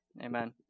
Amen